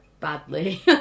badly